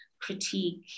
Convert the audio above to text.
critique